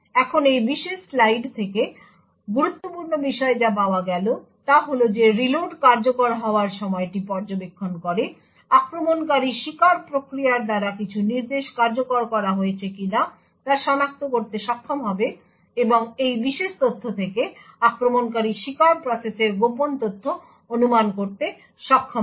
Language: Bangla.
এখন এই বিশেষ স্লাইড থেকে গুরুত্বপূর্ণ বিষয় যা পাওয়া গেল তা হল যে রিলোড কার্যকর হওয়ার সময়টি পর্যবেক্ষণ করে আক্রমণকারী শিকার প্রক্রিয়ার দ্বারা কিছু নির্দেশ কার্যকর করা হয়েছে কিনা তা সনাক্ত করতে সক্ষম হবে এবং এই বিশেষ তথ্য থেকে আক্রমণকারী শিকার প্রসেসের গোপন তথ্য অনুমান করতে সক্ষম হবে